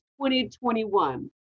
2021